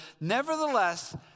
Nevertheless